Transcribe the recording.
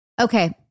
Okay